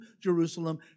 jerusalem